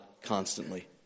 constantly